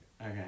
Okay